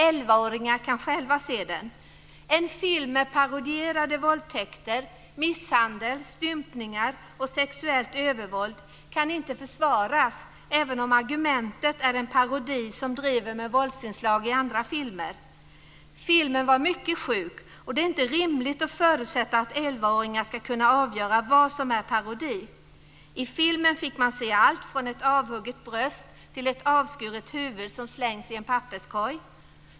Elvaåringar kan själva se den. En film med parodierade våldtäkter, misshandel, stympningar och sexuellt övervåld kan inte försvaras, även om argumentet är att det är en parodi som driver med våldsinslag i andra filmer. Filmen var mycket sjuk och det är inte rimligt att förutsätta att elvaåringar ska kunna avgöra vad som är parodi. I filmen fick man se allt från ett avhugget bröst till ett avskuret huvud som slängs i en papperskorg.